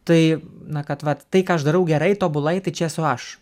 tai na kad vat tai ką aš darau gerai tobulai tai čia esu aš